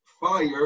fire